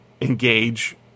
engage